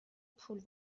پول